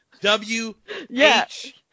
W-H